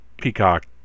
Peacock